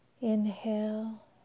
Inhale